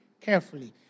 carefully